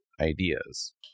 ideas